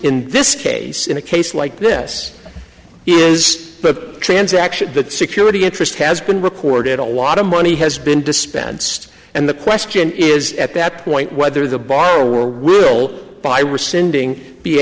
in this case in a case like this is but transaction the security interest has been recorded a lot of money has been dispensed and the question is at that point whether the borrower will by rescinding be